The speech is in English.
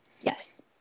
Yes